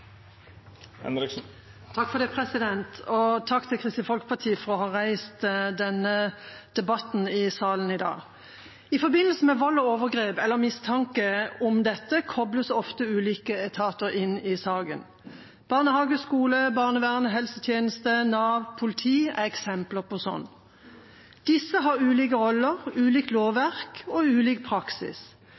ta litt for hardt i. Takk til Kristelig Folkeparti for å ha reist denne debatten i salen i dag. I forbindelse med vold og overgrep eller mistanke om dette kobles ofte ulike etater inn i saken. Barnehage, skole, barnevern, helsetjeneste, Nav og politi er eksempler på sånne. Disse har ulike roller, ulikt lovverk og ulik praksis.